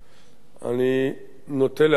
אני נוטה להסכים אתך,